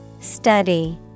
Study